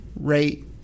Rate